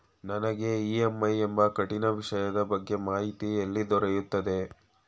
ನನಗೆ ಇ.ಎಂ.ಐ ಎಂಬ ಕಠಿಣ ವಿಷಯದ ಬಗ್ಗೆ ಮಾಹಿತಿ ಎಲ್ಲಿ ದೊರೆಯುತ್ತದೆಯೇ?